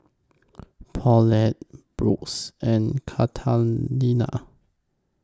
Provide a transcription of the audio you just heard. Paulette Brooks and Katarina